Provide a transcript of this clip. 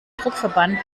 druckverband